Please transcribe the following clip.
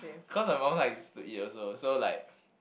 cause my mom likes to eat also so like